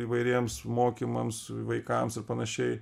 įvairiems mokymams vaikams ir panašiai